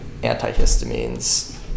antihistamines